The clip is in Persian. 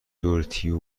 دوریتوی